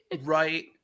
Right